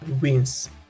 wins